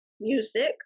music